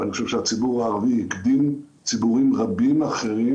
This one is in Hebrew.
ואני חושב שהציבור הערבי הקדים ציבורים רבים אחרים